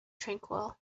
tranquil